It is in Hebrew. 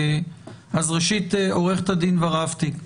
ראשית, עו"ד ורהפטיג,